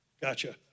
Gotcha